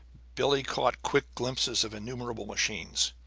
billie caught quick glimpses of innumerable machines,